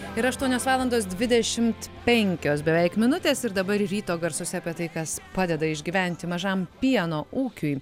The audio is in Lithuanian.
yra aštuonios valandos dvidešimt penkios beveik minutės ir dabar ryto garsuose apie tai kas padeda išgyventi mažam pieno ūkiui